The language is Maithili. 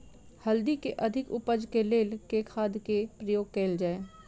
हल्दी केँ अधिक उपज केँ लेल केँ खाद केँ प्रयोग कैल जाय?